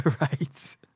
Right